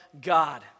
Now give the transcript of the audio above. God